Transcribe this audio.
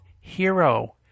Hero